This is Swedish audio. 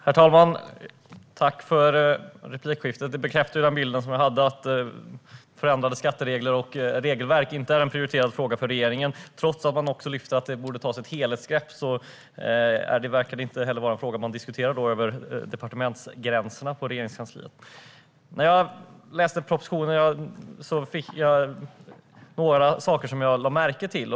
Herr talman! Jag tackar för replikskiftet. Det bekräftar den bild jag hade - att förändrade skatteregler och regelverk inte är en prioriterad fråga för regeringen. Trots att man lyfter fram att det borde tas ett helhetsgrepp verkar det inte vara en fråga som man diskuterar över departementsgränserna på Regeringskansliet. När jag läste propositionen var det några saker som jag lade märke till.